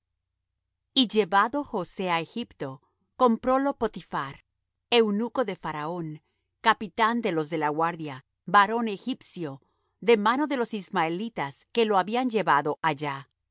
y llevado josé á egipto comprólo potiphar eunuco de faraón capitán de los de la guardia varón egipcio de mano de los ismaelitas que lo habían llevado allá